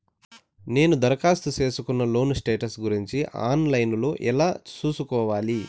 నేను దరఖాస్తు సేసుకున్న లోను స్టేటస్ గురించి ఆన్ లైను లో ఎలా సూసుకోవాలి?